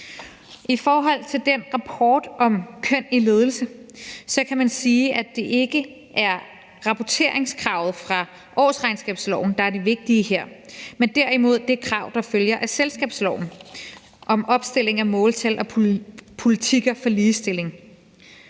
I forhold til den rapport om køn i ledelse kan man sige, at det ikke er rapporteringskravet fra årsregnskabsloven, der er det vigtige her, men derimod det krav, der følger af selskabsloven, om opstilling af måltal og politikker for ligestilling.